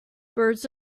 birds